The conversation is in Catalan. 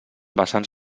vessants